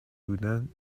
بودند